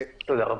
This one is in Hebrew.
תודה רבה.